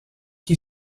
qui